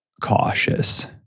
cautious